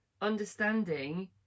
understanding